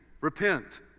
repent